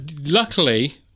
luckily